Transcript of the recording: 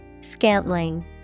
Scantling